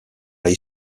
high